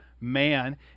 man